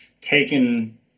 taken